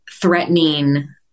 threatening